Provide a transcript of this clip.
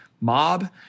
mob